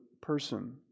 person